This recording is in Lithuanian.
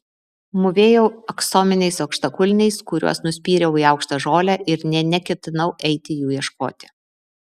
mūvėjau aksominiais aukštakulniais kuriuos nuspyriau į aukštą žolę ir nė neketinau eiti jų ieškoti